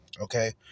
okay